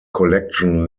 collection